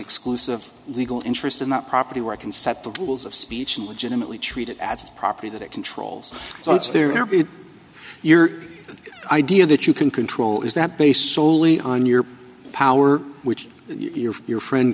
exclusive legal interest in that property where it can set the rules of speech and legitimately treated as property that it controls so it's there be your idea that you can control is that based soley on your power which you or your friend